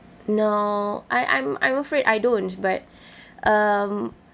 no I I'm I'm afraid I don't but um